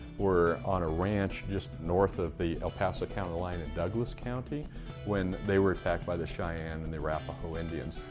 were on a ranch just north of the el paso line and douglas county when they were attacked by the cheyenne and the arapaho indians.